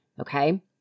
Okay